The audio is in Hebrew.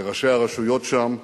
לראשי הרשויות שם,